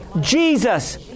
Jesus